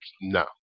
no